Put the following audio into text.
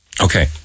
Okay